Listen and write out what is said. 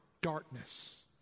darkness